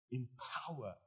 empower